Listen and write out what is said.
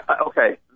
Okay